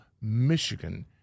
Michigan